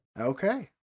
Okay